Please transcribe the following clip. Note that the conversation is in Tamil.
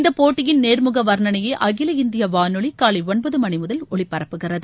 இந்த போட்டியின் நேர்முகவர்ணனையை அகில இந்திய வானொலி காலை ஒன்பது மணி முதல் ஒலிபரப்புகிறது